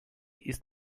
ist